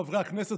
חברי הכנסת,